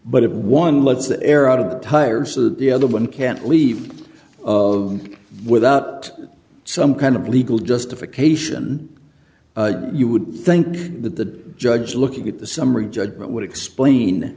it one lets the air out of the tire so the other one can't leave of without some kind of legal justification you would think that the judge looking at the summary judgment would explain